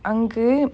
I'm going